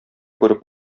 күреп